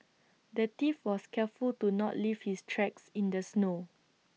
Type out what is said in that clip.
the thief was careful to not leave his tracks in the snow